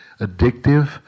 addictive